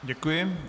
Děkuji.